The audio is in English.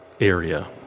area